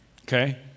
Okay